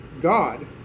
God